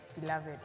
beloved